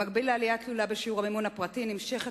במקביל לעלייה התלולה בשיעור המימון הפרטי נמשכת